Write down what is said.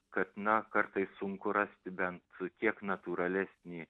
kad na kartais sunku rasti bent kiek natūralesnį